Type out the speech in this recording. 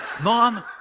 mom